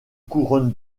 couronne